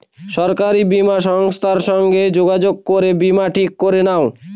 সরকারি বীমা সংস্থার সাথে যোগাযোগ করে বীমা ঠিক করে নাও